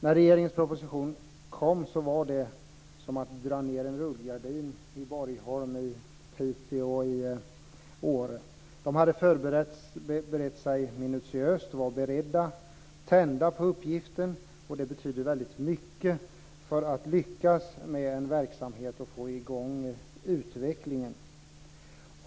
När regeringens proposition kom var det som att dra ned en rullgardin i Borgholm, Piteå och Åre. De hade förberett sig minutiöst och var tända på uppgiften. Det betyder väldigt mycket för att lyckas med en verksamhet och få i gång utvecklingen.